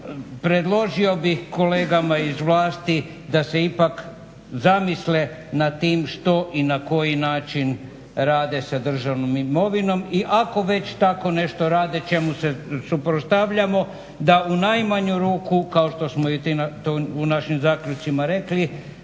Predložio bih kolegama iz vlasti da se ipak zamisle nad tim što i na koji način rade sa državnom imovinom i ako već tako nešto rade čemu se suprotstavljamo da u najmanju ruku kao što smo to i u našim zaključcima rekli